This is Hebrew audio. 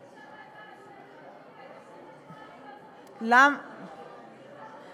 זה יבוא לוועדה, מספיק הנהלים, תגידי את האמת.